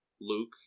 Luke